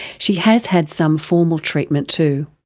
she has had some formal treatment too.